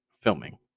filming